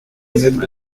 chemin